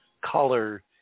color